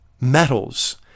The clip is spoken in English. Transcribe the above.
metals